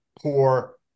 poor